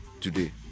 today